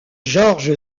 george